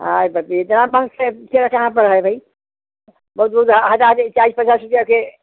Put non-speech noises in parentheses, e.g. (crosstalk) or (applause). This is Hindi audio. हाँ तो ये इतना (unintelligible) कहाँ पर है भाई (unintelligible) बहुत बहुत आ हजार चालीस पचास रुपया के